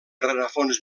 rerefons